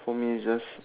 for me is just